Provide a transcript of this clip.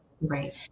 Right